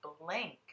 blank